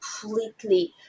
completely